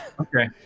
Okay